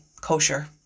kosher